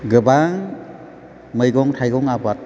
गोबां मैगं थाइगं आबाद